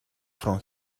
from